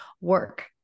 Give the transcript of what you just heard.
work